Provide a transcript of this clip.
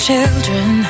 children